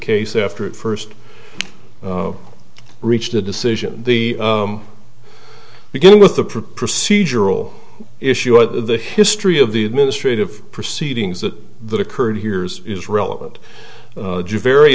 case after it first reached a decision the beginning with the procedural issue of the history of the administrative proceedings that that occurred hears is relevant very